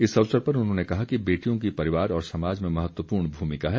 इस अवसर पर उन्होंने कहा कि बेटियों की परिवार और समाज में महत्वपूर्ण भूमिका है